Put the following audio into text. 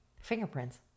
Fingerprints